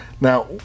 Now